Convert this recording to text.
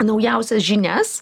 naujausias žinias